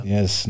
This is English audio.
Yes